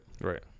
Right